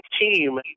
team